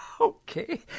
Okay